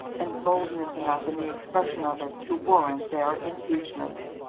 and boldness enough in the expression of it, to warrant their impeachment.